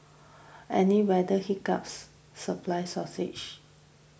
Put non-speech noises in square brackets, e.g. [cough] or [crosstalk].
any weather hiccups supply [unintelligible]